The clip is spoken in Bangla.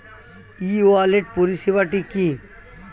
ই ওয়ালেট পরিষেবাটি কি?